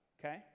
okay